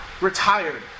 retired